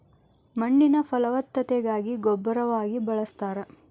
ಮಣ್ಣಿನ ಫಲವತ್ತತೆಗಾಗಿ ಗೊಬ್ಬರವಾಗಿ ಬಳಸ್ತಾರ